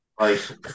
right